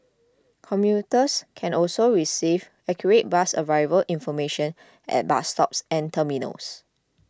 commuters can also receive accurate bus arrival information at bus stops and terminals